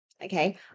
Okay